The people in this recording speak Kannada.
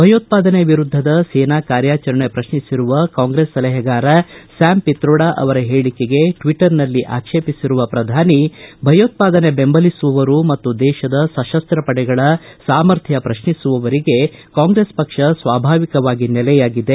ಭಯೋತ್ಪಾದನೆ ವಿರುದ್ಧದ ಸೇನಾ ಕಾರ್ಯಾಚರಣೆ ಪ್ರತ್ನಿಸಿರುವ ಕಾಂಗ್ರೆಸ್ ಸಲಹೆಗಾರ ಸ್ಥಾಮ್ ಪಿತ್ರೋಡಾ ಅವರ ಹೇಳಕೆಗೆ ಟ್ವಿಟರ್ನಲ್ಲಿ ಆಕ್ಷೇಪಿಸಿರುವ ಪ್ರಧಾನಿ ಭಯೋತ್ಪಾದನೆ ಬೆಂಬಲಿಸುವವರು ಮತ್ತು ದೇಶದ ಸಶಸ್ತ ಪಡೆಗಳ ಸಾಮರ್ಥ್ಯ ಪ್ರತ್ನಿಸುವವರಿಗೆ ಕಾಂಗ್ರೆಸ್ ಪಕ್ಷ ಸ್ವಾಭಾವಿಕವಾಗಿ ನೆಲೆಯಾಗಿದೆ